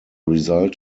result